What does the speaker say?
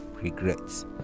regrets